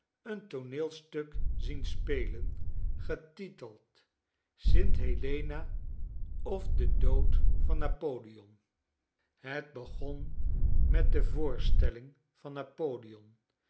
een tooneelstuk zien spelen getiteld st helena of de dood van napoleon het begon met de voorstelling van napoleon